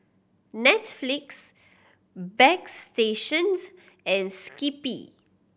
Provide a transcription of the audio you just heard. Netflix Bagstationz and Skippy